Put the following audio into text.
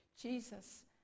Jesus